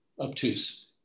obtuse